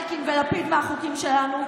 אלקין ולפיד מהחוקים שלנו?